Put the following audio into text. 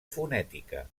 fonètica